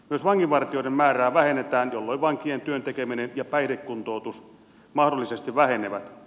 myös vanginvartijoiden määrää vähennetään jolloin vankien työntekeminen ja päihdekuntoutus mahdollisesti vähenevät